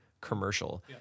commercial